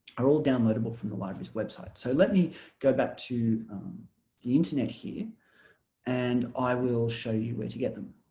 are all downloadable from the library's website so let me go back to the internet here and i will show you where to get them.